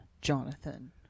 Jonathan